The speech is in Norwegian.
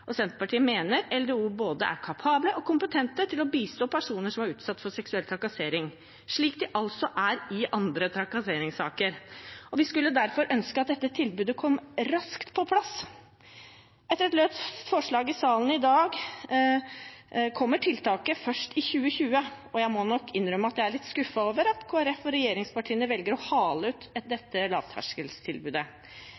og Senterpartiet mener LDO er både kapable og kompetente til å bistå personer som er utsatt for seksuell trakassering, slik de er i andre trakasseringssaker. Vi skulle derfor ønske at dette tilbudet kom raskt på plass. Etter et løst forslag i salen i dag kommer tiltaket først i 2020, og jeg må innrømme at jeg er litt skuffet over at Kristelig Folkeparti og regjeringspartiene velger å hale ut